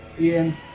Ian